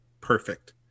perfect